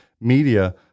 media